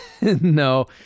No